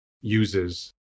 uses